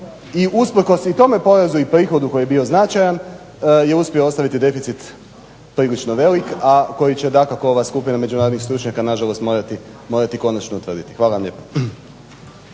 i usprkos i tome porezu i prihodu koji je bio značajan je uspio ostaviti deficit prilično velik, a koji će ova skupina međunarodnih stručnjaka nažalost morati konačno utvrditi. Hvala vam lijepa.